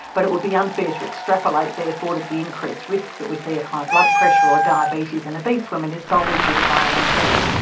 but it would be unfair to extrapolate therefore that the increased risks that we see of high blood pressure or diabetes and obese women is solely due to vitamin d.